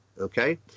okay